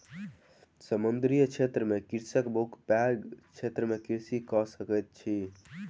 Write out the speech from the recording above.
समुद्रीय कृषि में कृषक बहुत पैघ क्षेत्र में कृषि कय सकैत अछि